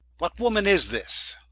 what woman is this?